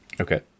Okay